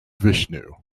vishnu